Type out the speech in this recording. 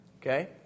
Okay